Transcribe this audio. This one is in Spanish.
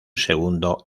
segundo